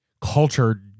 culture